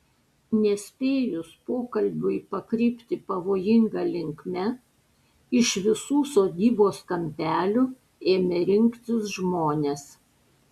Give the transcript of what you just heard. nespėjus pokalbiui pakrypti pavojinga linkme iš visų sodybos kampelių ėmė rinktis žmonės